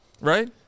Right